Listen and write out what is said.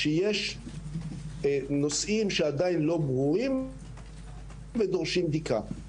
שיש נושאים שעדיין לא ברורים ודורשים בדיקה.